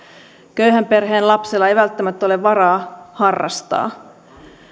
köyhän perheen lapsella ei välttämättä ole varaa harrastaa